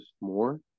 more